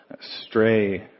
stray